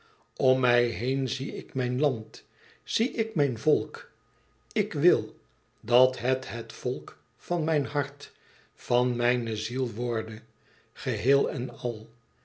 om mij heen zie ik mijn land zie ik mijn volk ik wil dat het het volk van mijn hart van mijne ziel worde geheel en al